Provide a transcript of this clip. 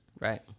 Right